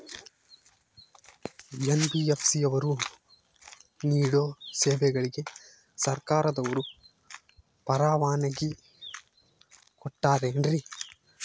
NBFC ಅವರು ನೇಡೋ ಸೇವೆಗಳಿಗೆ ಸರ್ಕಾರದವರು ಪರವಾನಗಿ ಕೊಟ್ಟಾರೇನ್ರಿ?